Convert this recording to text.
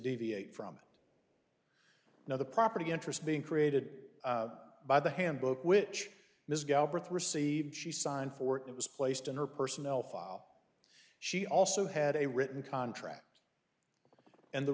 deviate from it now the property interest being created by the handbook which ms galbraith received she signed for it was placed in her personnel file she also had a written contract and the